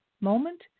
moment